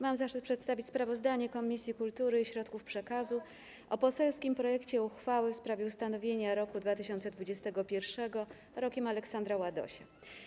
Mam zaszczyt przedstawić sprawozdanie Komisji Kultury i Środków Przekazu o poselskim projekcie uchwały w sprawie ustanowienia roku 2021 Rokiem Aleksandra Ładosia.